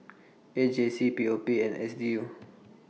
A J C P O P and S D U